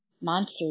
Monster